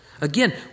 Again